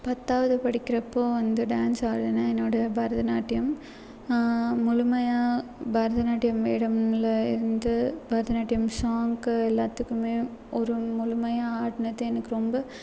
பத்தாவது படிக்கிறப்போது வந்து டான்ஸ் ஆடின என்னோடய பரதநாட்டியம் முழுமையாக பரதநாட்டியம் இடமில் இருந்து பரதநாட்டியம் சாங்க்கு எல்லாத்துக்கும் ஒரு முழுமையாக ஆடுனது எனக்கு ரொம்ப